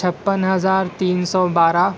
چھپن ہزار تین سو بارہ